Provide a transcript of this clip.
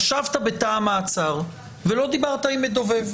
ישבת בתא המעצר ולא דיברת עם מדובב,